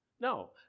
No